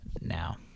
now